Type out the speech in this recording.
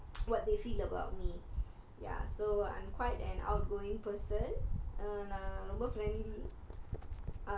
what they feel about me ya so I'm quite an outgoing person and um over friendly